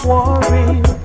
Worry